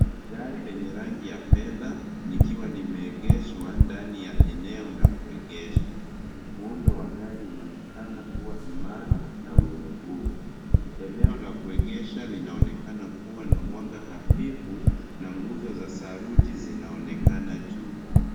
Gari lenye rangi ya fedha likiwa limeegeshwa ndani ya eneo la kuegesha. Muundo wa gari unaonekaan kuwa imara na wenye nguvu. Eneo la kuegesha linaonekana kuwa na mwanga hafifu na nguzo za saruji zinaonekana juu.